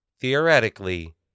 Theoretically